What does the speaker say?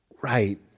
right